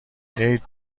عید